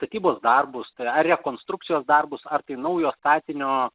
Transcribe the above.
statybos darbus tai ar rekonstrukcijos darbus ar tai naujo statinio